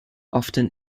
often